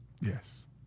Yes